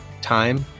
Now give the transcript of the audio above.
time